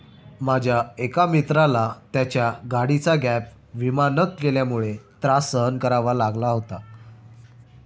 माझ्या एका मित्राला त्याच्या गाडीचा गॅप विमा न केल्यामुळे त्रास सहन करावा लागला होता